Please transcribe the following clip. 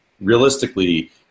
realistically